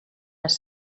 les